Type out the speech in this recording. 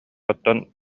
оттон